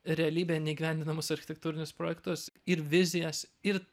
realybėj neįgyvendinamus architektūrinius projektus ir vizijas ir